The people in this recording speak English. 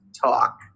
talk